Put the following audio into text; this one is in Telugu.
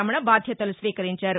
రమణ బాధ్యతలు స్వీకరించారు